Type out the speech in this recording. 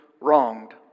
wronged